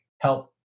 help